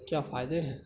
کیا فائدے ہیں